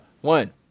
One